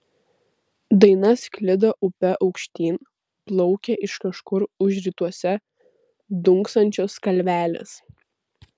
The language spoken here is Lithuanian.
daina sklido upe aukštyn plaukė iš kažkur už rytuose dunksančios kalvelės